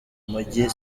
mujyi